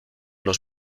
los